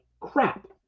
crap